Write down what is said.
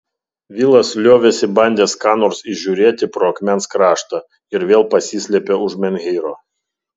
vilas liovėsi bandęs ką nors įžiūrėti pro akmens kraštą ir vėl pasislėpė už menhyro